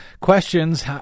questions